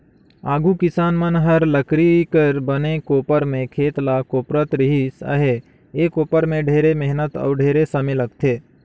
आघु किसान मन हर लकरी कर बने कोपर में खेत ल कोपरत रिहिस अहे, ए कोपर में ढेरे मेहनत अउ ढेरे समे लगथे